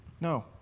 No